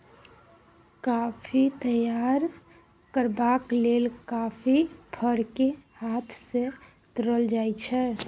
coffee तैयार करबाक लेल कॉफी फर केँ हाथ सँ तोरल जाइ छै